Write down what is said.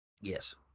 Yes